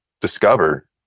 discover